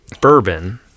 bourbon